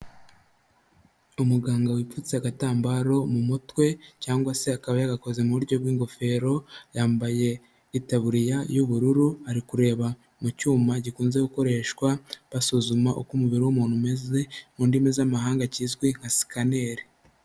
Umuganga wipfutse agatambaro mu mutwe, cyangwa se akaba yagakoze mu buryo bw'ingofero, yambaye itaburiya y'ubururu ari kureba mu cyuma gikunze gukoreshwa basuzuma uko umubiri w'umuntu umeze mu ndimi z'amahanga kizwi nka sikaneri.